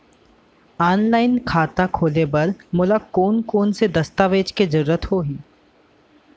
Online खाता खोले बर मोला कोन कोन स दस्तावेज के जरूरत होही?